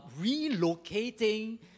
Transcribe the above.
relocating